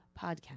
podcast